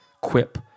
Quip